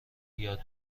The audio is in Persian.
یاد